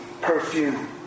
perfume